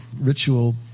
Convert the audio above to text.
ritual